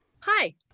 Hi